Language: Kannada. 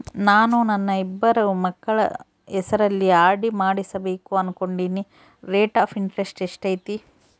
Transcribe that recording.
ನಾನು ನನ್ನ ಇಬ್ಬರು ಮಕ್ಕಳ ಹೆಸರಲ್ಲಿ ಆರ್.ಡಿ ಮಾಡಿಸಬೇಕು ಅನುಕೊಂಡಿನಿ ರೇಟ್ ಆಫ್ ಇಂಟರೆಸ್ಟ್ ಎಷ್ಟೈತಿ?